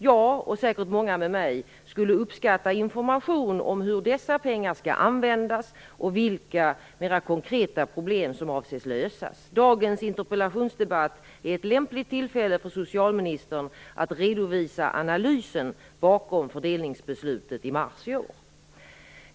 Jag, och säkert många med mig, skulle uppskatta information om hur dessa pengar skall användas och vilka mera konkreta problem som avses lösas. Dagens interpellationsdebatt är ett lämpligt tillfälle för socialministern att redovisa analysen bakom fördelningsbeslutet i mars i år.